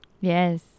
Yes